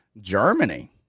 Germany